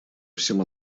всем